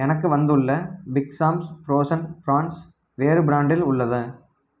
எனக்கு வந்துள்ள big Sam's frozen prawns வேறு பிராண்டில் உள்ளது